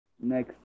next